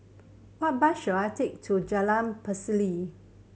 what bus should I take to Jalan Pacheli